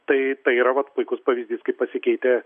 tai tai yra vat puikus pavyzdys kaip pasikeitė